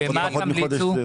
ומה תמליצו?